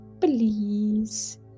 Please